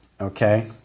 Okay